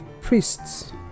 priests